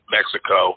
Mexico